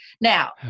Now